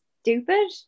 stupid